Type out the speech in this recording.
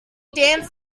danced